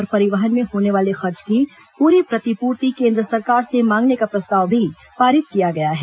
और परिवहन में होने वाले खर्च की पूरी प्रतिपूर्ति केन्द्र सरकार से मांगने का प्रस्ताव भी पारित किया गया है